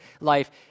life